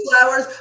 flowers